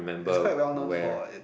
it's quite well known for it